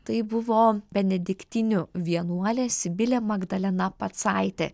tai buvo benediktinių vienuolė sibilė magdalena pacaitė